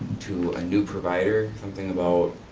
to a new provider, something about,